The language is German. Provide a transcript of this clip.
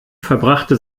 verbrachte